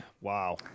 Wow